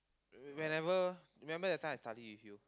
when~ whenever remember that time I study with you